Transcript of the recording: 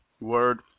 word